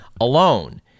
alone